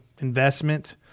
investment